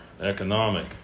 economic